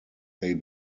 they